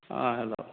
अ हेल'